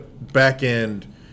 back-end